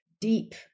deep